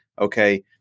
Okay